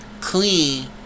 clean